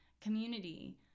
community